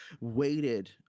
waited